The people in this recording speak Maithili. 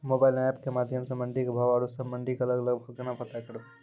मोबाइल म एप के माध्यम सऽ मंडी के भाव औरो सब मंडी के अलग अलग भाव केना पता करबै?